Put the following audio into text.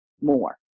more